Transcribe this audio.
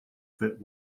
fit